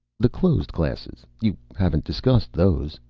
the closed classes. you haven't discussed those.